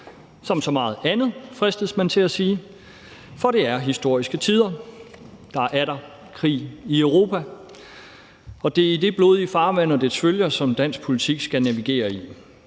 som så meget andet, fristes man til at sige, for det er historiske tider. Der er atter krig i Europa, og det er det blodige farvand og dets følger, dansk politik skal navigere i.